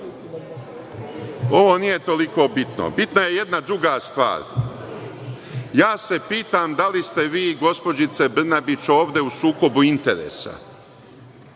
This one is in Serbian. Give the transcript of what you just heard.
nije toliko bitno. Bitna je jedna druga stvar. Pitam se da li ste vi, gospođice Brnabić, ovde u sukobu interesa,